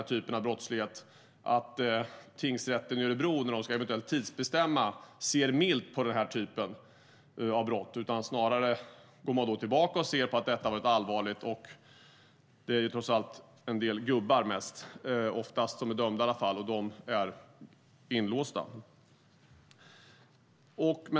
När till exempel tingsrätten i Örebro ska tidsbestämma ett straff ser de inte milt på den här typen av brott, utan snarare går de tillbaka och ser att brottet har varit allvarligt. Det handlar oftast om en del gubbar som är dömda, och de är inlåsta.